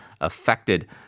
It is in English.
affected